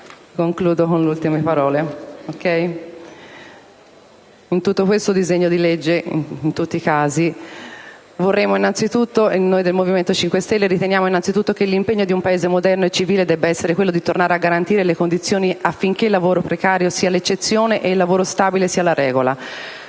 concludo con le ultime parole,